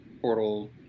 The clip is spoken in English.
portal